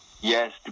Yes